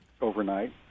overnight